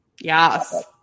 Yes